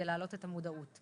כדי להעלות את המודעות.